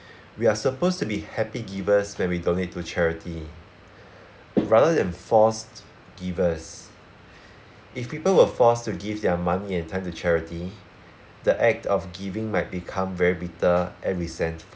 we are supposed to be happy givers when we donate to charity rather than forced givers if people were forced to give their money and time to charity the act of giving might become very bitter and resentful